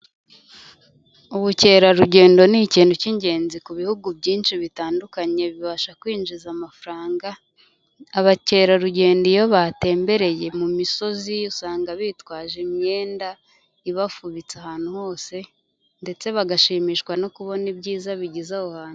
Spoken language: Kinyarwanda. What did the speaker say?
Ubukerarugendo ni ikintu cy'ingenzi ku bihugu byinshi bitandukanye, bibasha kwinjiza amafaranga. Abakerarugendo iyo batembereye mu misozi, usanga bitwaje imyenda ibafubitse ahantu hose, ndetse bagashimishwa no kubona ibyiza bigize aho hantu.